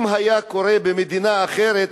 אם היה קורה במדינה אחרת,